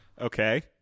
Okay